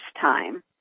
time